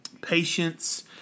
patience